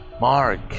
Mark